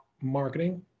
marketing